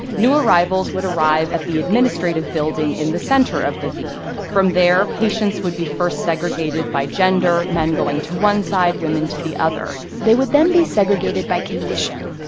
new arrivals would arrive at the administrative building in the center of the v. from there, patients would be first segregated by gender, men going to one side, women to the other they would then be segregated by condition,